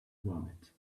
vomit